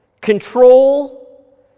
control